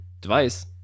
device